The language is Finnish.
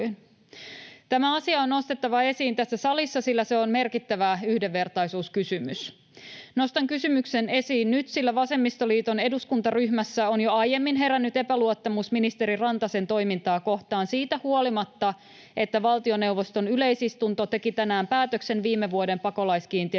Tämä asia on nostettava esiin tässä salissa, sillä se on merkittävä yhdenvertaisuuskysymys. Nostan kysymyksen esiin nyt, sillä vasemmistoliiton eduskuntaryhmässä on jo aiemmin herännyt epäluottamus ministeri Rantasen toimintaa kohtaan siitä huolimatta, että valtioneuvoston yleisistunto teki tänään päätöksen viime vuoden pakolaiskiintiön